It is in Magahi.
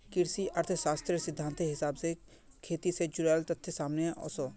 कृषि अर्थ्शाश्त्रेर सिद्धांतेर हिसाब से खेटी से जुडाल तथ्य सामने वोसो